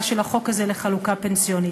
של החוק הזה לחלוקה של חיסכון פנסיוני.